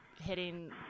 hitting